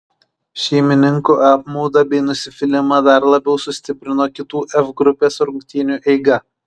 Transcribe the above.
šeimininkų apmaudą bei nusivylimą dar labiau sustiprino kitų f grupės rungtynių eiga